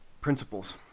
principles